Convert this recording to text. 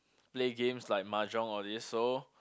play games like mahjong all these so